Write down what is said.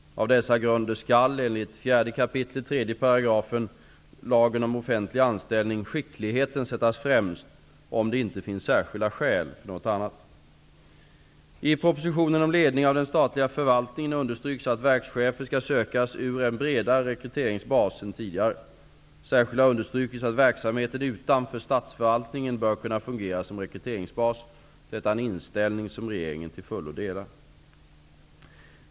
Av dessa grunder skall, enligt 4 kap. 3 § lagen om offentlig anställning, skickligheten sättas främst, om det inte finns särskilda skäl för något annat. I propositionen om ledningen av den statliga förvaltningen understryks att verkschefer skall sökas ur en bredare rekryteringsbas än tidigare. Särskilt har understrukits att verksamheter utanför statsförvaltningen bör kunna fungera som rekryteringsbas. Detta är en inställning som regeringen till fullo delar.